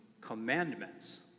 commandments